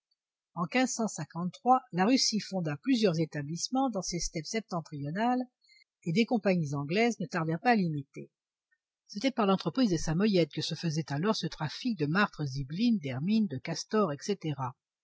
en la russie fonda plusieurs établissements dans ses steppes septentrionales et des compagnies anglaises ne tardèrent pas à l'imiter c'était par l'entremise des samoyèdes que se faisait alors ce trafic de martres zibelines d'hermines de castors etc